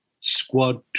squad